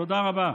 תודה רבה.